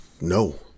no